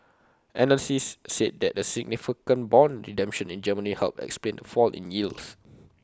analysts said that the significant Bond redemption in Germany helped explain fall in yields